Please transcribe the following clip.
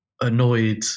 annoyed